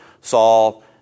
Saul